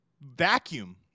vacuum